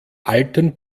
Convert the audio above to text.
alten